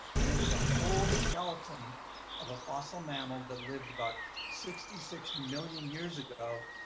and it was a whole skeleton of a fossil mammal, that lived about sixty six million years ago,